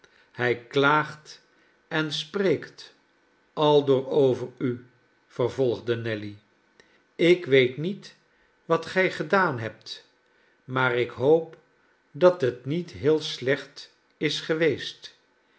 hij klaagt en spreekt aldoor over u vervolgde nelly ik weet niet wat gij gedaan hebt maar ik hoop dat het niet heel slecht is geweest